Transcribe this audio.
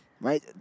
right